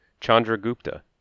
Chandragupta